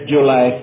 July